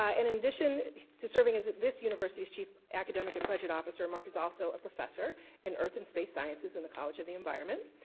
ah in addition to serving as this university's chief academic and budget officer, mark is also a professor in earth and space sciences in the college of the environment.